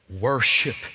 Worship